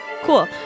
Cool